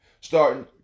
starting